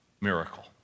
miracle